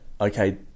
okay